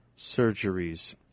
surgeries